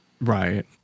Right